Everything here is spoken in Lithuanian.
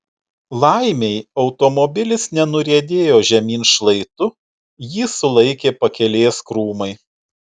laimei automobilis nenuriedėjo žemyn šlaitu jį sulaikė pakelės krūmai